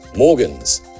Morgan's